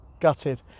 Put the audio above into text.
gutted